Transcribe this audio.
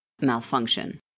malfunction